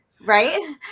right